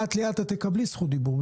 ליאת, את תקבלי זכות דיבור.